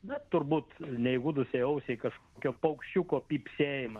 na turbūt neįgudusiai ausiai kažkokio paukščiuko pypsėjimą